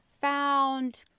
found